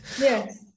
Yes